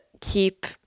keep